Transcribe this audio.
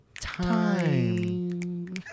time